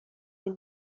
این